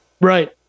right